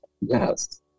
Yes